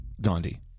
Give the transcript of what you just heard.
Gandhi